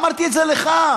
ואמרתי את זה לך: